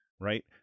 right